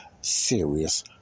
serious